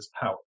power